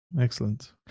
Excellent